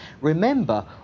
Remember